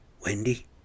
Wendy